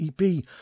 EP